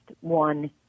one